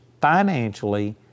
financially